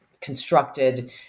constructed